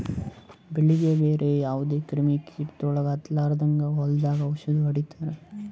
ಬೆಳೀಗಿ ಬ್ಯಾರೆ ಯಾವದೇ ಕ್ರಿಮಿ ಕೀಟಗೊಳ್ ಹತ್ತಲಾರದಂಗ್ ಹೊಲದಾಗ್ ಔಷದ್ ಹೊಡಿತಾರ